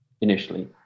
initially